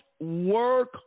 work